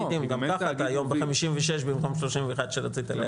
גם ככה אתה היום ב-56 במקום 31 שרצית להגיע.